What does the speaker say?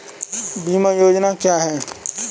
बीमा योजना क्या है?